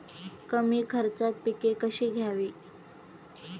कमी खर्चात पिके कशी घ्यावी?